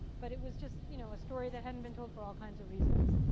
but it was just you know a story that hadn't been told for all kinds of reasons,